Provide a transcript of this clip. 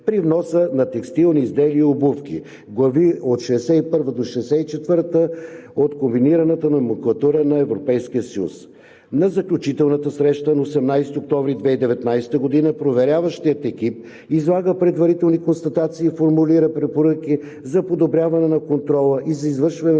на текстилни изделия и обувки – Глави от 61 до 64 от Комбинираната номенклатура на Европейския съюз. На заключителната среща на 18 октомври 2019 г. проверяващият екип излага предварителни констатации и формулира препоръки за подобряване на контрола и за извършване